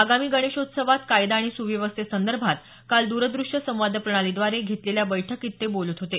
आगामी गणेशोत्सवात कायदा आणि सुव्यवस्थेसंदर्भात काल दूरदृश्य संवाद प्रणालीद्वारे घेतलेल्या बैठकीत ते बोलत होते